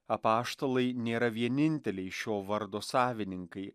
apaštalai nėra vieninteliai šio vardo savininkai